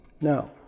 Now